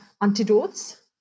antidotes